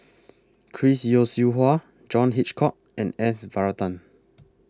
Chris Yeo Siew Hua John Hitchcock and S Varathan